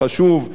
אם הוא לא היה,